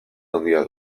handia